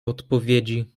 odpowiedzi